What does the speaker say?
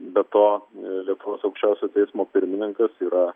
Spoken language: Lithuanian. be to lietuvos aukščiausio teismo pirmininkas yra